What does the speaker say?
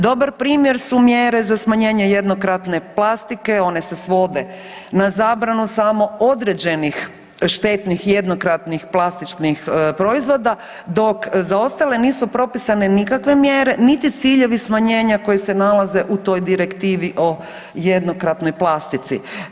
Dobar primjer su mjere za smanjenje jednokratne plastike, one se svode na zabranu samo određenih štetnih i jednokratnih plastičnih proizvoda, dok za ostale nisu propisane nikakve mjere niti ciljevi smanjenja koji se nalaze u toj Direktivi o jednokratnoj plastici.